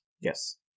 Yes